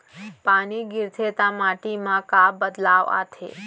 पानी गिरथे ता माटी मा का बदलाव आथे?